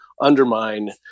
undermine